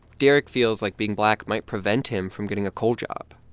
derek feels like being black might prevent him from getting a coal job.